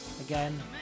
again